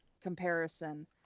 comparison